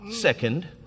second